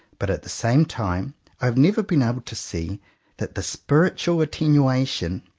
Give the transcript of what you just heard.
but at the same time i have never been able to see that the spiritual attenuation,